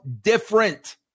different